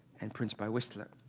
and prints by whistler.